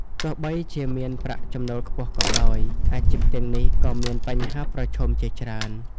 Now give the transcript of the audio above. ទោះបីជាមានប្រាក់ចំណូលខ្ពស់ក៏ដោយ អាជីពទាំងនេះក៏មានបញ្ហាប្រឈមជាច្រើន។